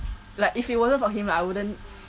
like if it wasn't for him lah I wouldn't